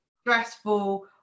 stressful